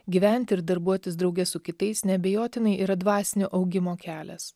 gyventi ir darbuotis drauge su kitais neabejotinai yra dvasinio augimo kelias